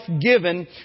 given